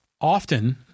often